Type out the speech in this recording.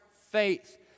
faith